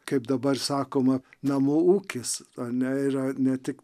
kaip dabar sakoma namų ūkis o ne yra ne tik